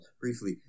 briefly